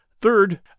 Third